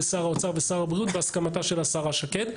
שר האוצר ושר הבריאות בהסכמתה של השרה שקד.